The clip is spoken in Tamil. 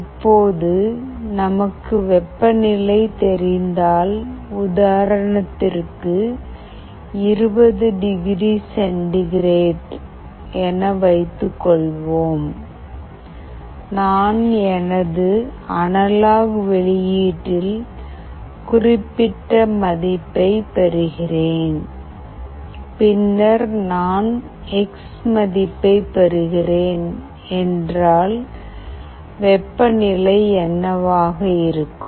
இப்போது நமக்கு வெப்பநிலை தெரிந்தால் உதாரணத்திற்கு 20 டிகிரி சென்டிகிரேட் என வைத்துக்கொள்வோம் நான் எனது அனலாக் வெளியீட்டில் குறிப்பிட்ட மதிப்பைப் பெறுகிறேன் பின்னர் நான் எக்ஸ் மதிப்பைப் பெறுகிறேன் என்றால் வெப்பநிலை என்னவாக இருக்கும்